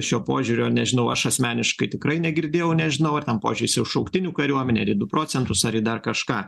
šio požiūrio nežinau aš asmeniškai tikrai negirdėjau nežinau ar ten požiūris į šauktinių kariuomenę ir į du procentus ar į dar kažką